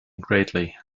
greatly